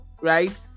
Right